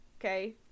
Okay